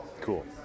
Cool